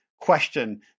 question